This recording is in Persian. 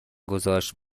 گذاشت